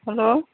hello